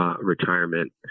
Retirement